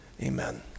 Amen